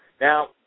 Now